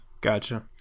gotcha